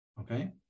okay